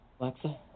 Alexa